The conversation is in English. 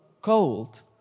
cold